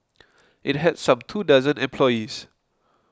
it had some two dozen employees